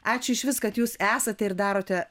ačiū išvis kad jūs esate ir darote